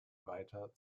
weiter